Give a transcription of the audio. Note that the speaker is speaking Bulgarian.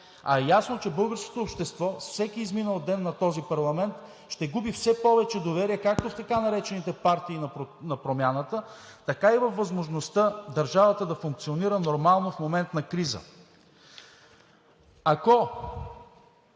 а е ясно, че българското общество с всеки изминал ден на този парламент ще губи все повече доверие както в така наречените партии на промяната, така и във възможността държавата да функционира нормално в момент на криза. Ако